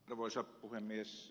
arvoisa puhemies